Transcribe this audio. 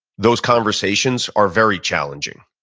those conversations are very challenging.